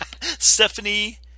stephanie